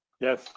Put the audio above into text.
Yes